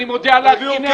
אני מודיע לך הנה,